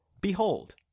Behold